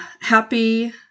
happy